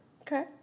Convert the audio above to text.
Okay